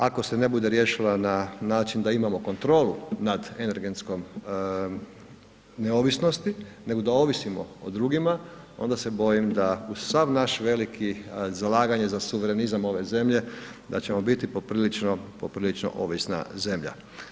Ako se ne bude riješila na način da imamo kontrolu nad energetskom neovisnosti, nego da ovisimo o drugima onda se bojim da uz sav naš veliki, zalaganje za suverenizam ove zemlje da ćemo biti poprilično, poprilično ovisna zemlja.